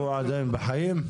והוא עדיין בחיים?